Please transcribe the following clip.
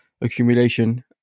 accumulation